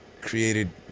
created